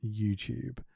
YouTube